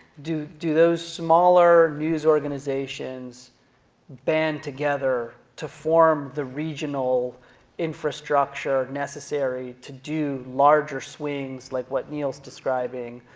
do do those smaller news organizations ban together to form the regional infrastructure necessary to do larger swings like what neil's describing,